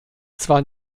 zwar